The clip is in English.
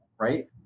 right